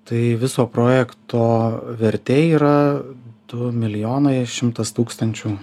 tai viso projekto vertė yra du milijonai šimtas tūkstančių